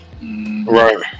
Right